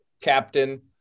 Captain